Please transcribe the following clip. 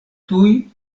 tuj